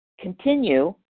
continue